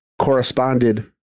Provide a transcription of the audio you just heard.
corresponded